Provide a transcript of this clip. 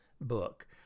book